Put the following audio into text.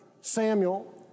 Samuel